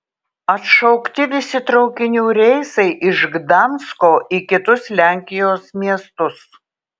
atšaukti visi traukinių reisai iš gdansko į kitus lenkijos miestus